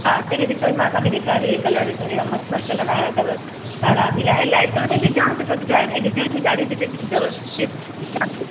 हा त हीअ ॾिसो मां तव्हांखे ॾेखारिया थी ही कलर ॾिसो अहिड़ा मस्त मस्त कलर आहियां अथव ॻाढ़ा पीला ऐं लाइट कलर में बि जाम सुठा सुठा आया आहिनि ऐं डिज़ाइन बि ॾाढी सुठी सुठी अथव जाम सुठी